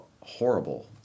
horrible